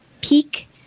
peak